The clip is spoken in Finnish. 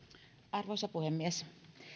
arvoisa puhemies